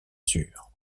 sûr